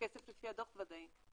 הכסף לפי הדוח ודאי.